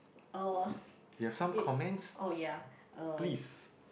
oh oh ya um